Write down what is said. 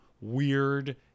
weird